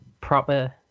proper